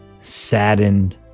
saddened